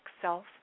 self